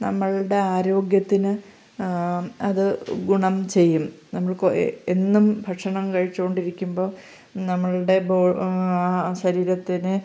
നമ്മളുടെ ആരോഗ്യത്തിന് അത് ഗുണം ചെയ്യും നമ്മൾ എന്നും ഭക്ഷണം കഴിച്ച് കൊണ്ടിരിക്കുമ്പം നമ്മളുടെ ശരീരത്തിന്